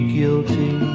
guilty